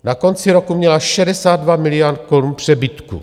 Na konci roku měla 62 miliard korun přebytku.